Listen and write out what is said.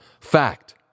fact